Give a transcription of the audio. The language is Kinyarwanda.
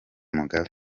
mugabe